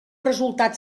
resultat